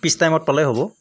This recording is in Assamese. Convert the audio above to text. পিছ টাইমত পালেই হ'ব